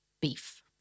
beef